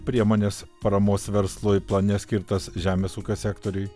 priemones paramos verslui plane skirtas žemės ūkio sektoriui